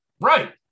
Right